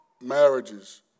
Marriages